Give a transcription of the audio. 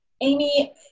Amy